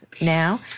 now